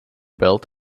belt